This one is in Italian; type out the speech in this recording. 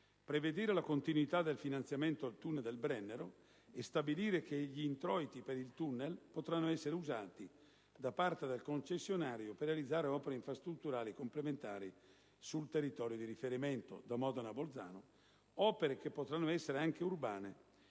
prevedere la continuità del finanziamento al tunnel del Brennero, e stabilire che gli introiti per il tunnel potranno essere usati da parte del concessionario per realizzare opere infrastrutturali complementari sul territorio di riferimento (da Modena a Bolzano), opere che potranno essere anche urbane